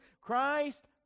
christ